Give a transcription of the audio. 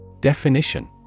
Definition